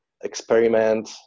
experiment